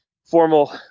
Formal